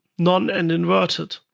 none and inverted.